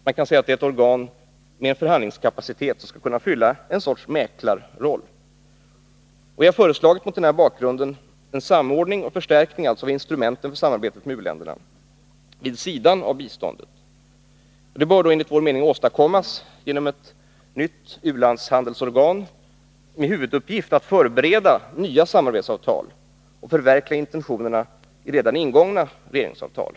Man kan säga att det är ett organ med förhandlingskapacitet som skall kunna fylla en sorts mäklarroll. Mot denna bakgrund har vi föreslagit en samordning och förstärkning av instrumenten för samarbetet med u-länderna, vid sidan av biståndet. Detta bör då enligt vår mening åstadkommas genom ett nytt u-landshandelsorgan med huvuduppgift att förbereda nya samarbetsavtal och förverkliga intentionerna i redan ingångna regeringsavtal.